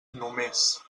només